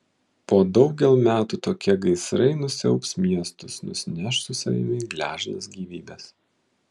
po daugel metų tokie gaisrai nusiaubs miestus nusineš su savimi gležnas gyvybes